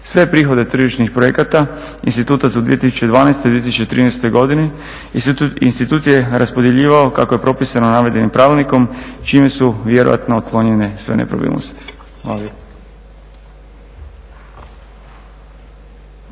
Sve prihode tržišnih projekata instituta za 2012. i 2013. godini institut je raspodjeljivao kako je propisano navedenim pravilnikom čime su vjerojatno otklonjene sve nepravilnosti. Hvala